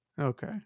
Okay